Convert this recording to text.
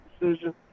decision